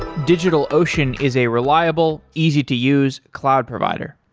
digitalocean is a reliable, easy to use cloud provider.